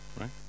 Right